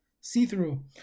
see-through